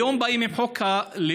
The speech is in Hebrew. היום באים עם חוק הלאום,